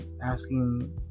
asking